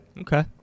Okay